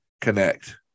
Connect